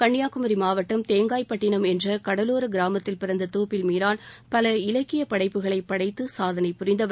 கள்ளியாகுமரி மாவட்டம் தேங்காய் பட்டினம் என்ற கடலோர கிராமத்தில் பிறந்த தோப்பில் மீரான் பல இலக்கிய படைப்புகளை படைத்து சாதனை புரிந்தவர்